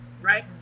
right